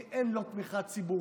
כי אין לו תמיכה ציבורית,